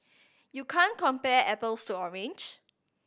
you can't compare apples to orange